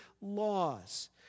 laws